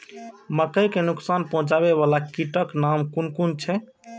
मके के नुकसान पहुँचावे वाला कीटक नाम कुन कुन छै?